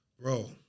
Bro